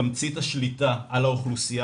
תמצית השליטה על האוכלוסייה